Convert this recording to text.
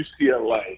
UCLA